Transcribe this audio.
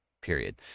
period